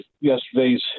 yesterday's